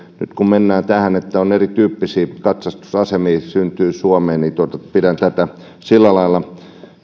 nyt kun mennään tähän että erityyppisiä katsastusasemia syntyy suomeen niin pidän tätä sillä lailla